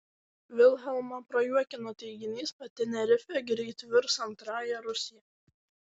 vilhelmą prajuokino teiginys kad tenerifė greit virs antrąja rusija